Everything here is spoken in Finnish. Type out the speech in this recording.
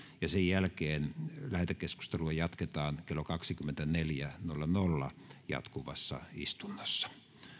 ja sen jälkeen lähetekeskustelua jatketaan kello kaksikymmentäneljä nolla nolla jatkuvassa istunnossa